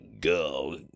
go